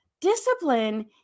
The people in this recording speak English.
discipline